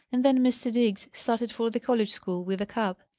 and then mr. diggs started for the college school with the cap.